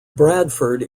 bradford